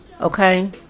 Okay